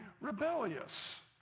rebellious